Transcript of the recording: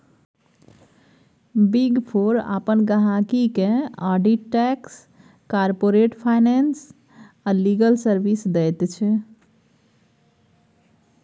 big four अपन गहिंकी केँ आडिट टैक्स, कारपोरेट फाइनेंस आ लीगल सर्विस दैत छै